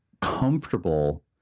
comfortable